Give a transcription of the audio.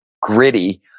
gritty